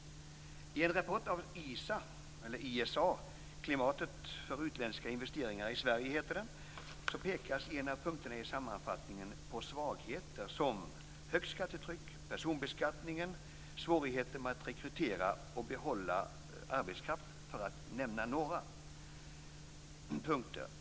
I en rapport av ISA, Klimatet för utländska investeringar i Sverige, pekas i en av punkterna i sammanfattningen på svagheter som högt skattetryck, personbeskattning, svårigheter att rekrytera och behålla arbetskraft, för att nämna några punkter.